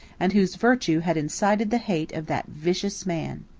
and whose virtue had incited the hate of that vicious man.